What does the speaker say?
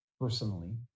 personally